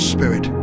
Spirit